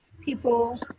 people